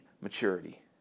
maturity